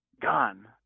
gone